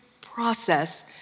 process